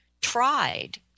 tried